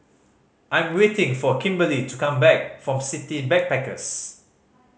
I'm waiting for Kimberli to come back from City Backpackers